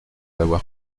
avoir